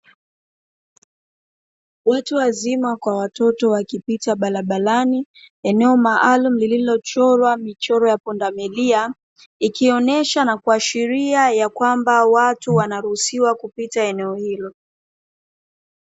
Watu wazima kwa watoto wakipita barabarani, eneo maalumu lililo chorwa michoro ya pundamilia, ikionyesha na kuashiria ya kwamba watu wanaruhusiwa kupita eneo hilo.